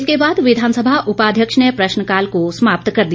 इसके बाद विधानसभा उपाध्यक्ष ने प्रश्नकाल को समाप्त कर दिया